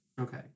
Okay